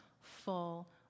full